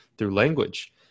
language